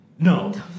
No